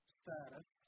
status